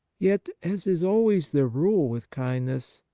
yet, as is always the rule with kindness,